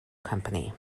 company